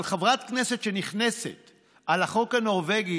אבל חברת כנסת שנכנסת על החוק הנורבגי,